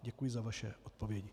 Děkuji za vaše odpovědi.